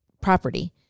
property